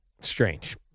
Strange